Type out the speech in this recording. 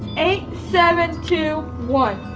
eight, seven, two, one.